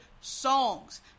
songs